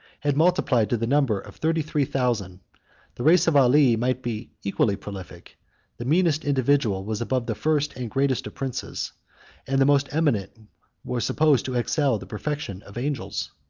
had multiplied to the number of thirty-three thousand the race of ali might be equally prolific the meanest individual was above the first and greatest of princes and the most eminent were supposed to excel the perfection of angels.